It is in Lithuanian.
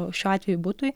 šiuo atveju butui